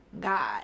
god